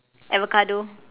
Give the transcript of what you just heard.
avocado